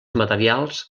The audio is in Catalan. materials